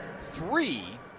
three